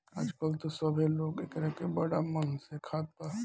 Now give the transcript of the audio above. आजकल त सभे लोग एकरा के बड़ा मन से खात बा